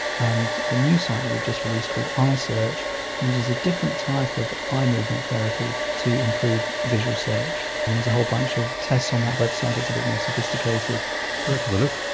and the new site that we've just released called eye-search uses a different type of eye movement therapy to improve visual search, and there's a whole bunch of tests on that website, it's a bit more sophisticated. let's have a look.